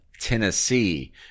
Tennessee